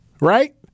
right